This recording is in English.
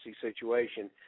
situation